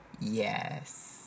Yes